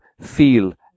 feel